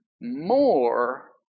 more